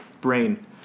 brain